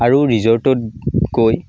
আৰু ৰিজৰ্টত গৈ